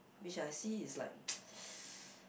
which I see is like